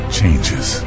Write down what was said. changes